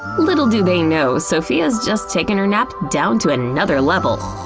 little do they know, sophia's just taken her nap down to another level.